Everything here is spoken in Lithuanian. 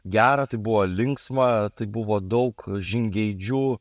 gera tai buvo linksma tai buvo daug žingeidžių